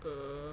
err